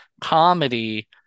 comedy